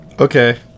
okay